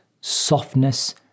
softness